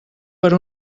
per